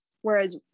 whereas